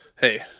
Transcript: hey